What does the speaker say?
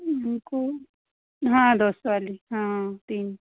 हमको हाँ दो सौ वाली हाँ तीन